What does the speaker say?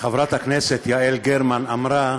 חברת הכנסת יעל גרמן אמרה: